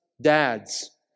dads